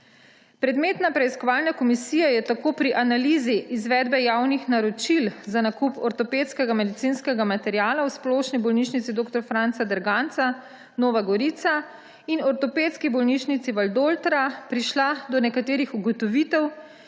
Predmetna preiskovalna komisija je tako pri analizi izvedbe javnih naročil za nakup ortopedskega medicinskega materiala v Splošni bolnišnici dr. Franca Derganca Nova Gorica in v Ortopedski bolnišnici Valdoltra prišla do nekaterih ugotovitev,